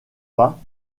pas